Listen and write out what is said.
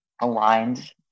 aligned